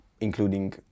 including